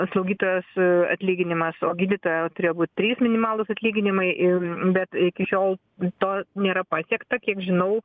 slaugytojos atlyginimas o gydytojo turėjo būt trys minimalūs atlyginimai ir bet iki šiol to nėra pasiekta kiek žinau